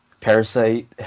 Parasite